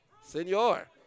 Senor